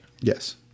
Yes